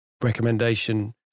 recommendation